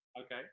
Okay